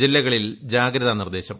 ജില്ലകളിൽ ജാഗ്രതാ നിർദ്ദേശം